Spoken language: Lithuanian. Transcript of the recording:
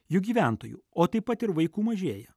juk gyventojų o taip pat ir vaikų mažėja